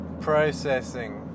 Processing